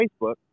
Facebook